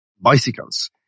bicycles